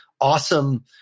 awesome